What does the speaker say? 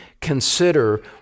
consider